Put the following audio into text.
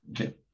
Okay